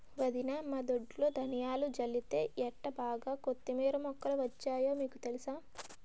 వదినా మా దొడ్లో ధనియాలు జల్లితే ఎంటబాగా కొత్తిమీర మొక్కలు వచ్చాయో మీకు తెలుసా?